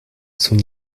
son